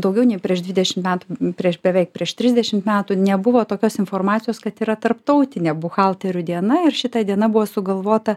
daugiau nei prieš dvidešimt metų prieš beveik prieš trisdešim metų nebuvo tokios informacijos kad yra tarptautinė buhalterių diena ir šita diena buvo sugalvota